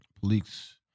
Police